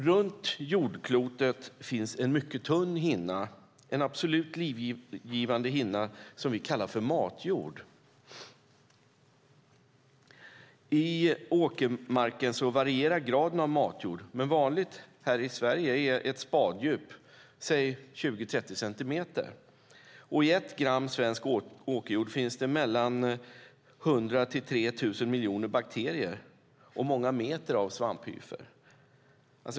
Runt jordklotet finns en mycket tunn hinna, en absolut livgivande hinna som vi kallar matjord. I åkermark varierar graden av matjord, men vanligt här i Sverige är ett spaddjup, säg 20-30 centimeter. I 1 gram svensk åkerjord finns det mellan 100 och 3 000 miljoner bakterier och många meter av svamphyfer.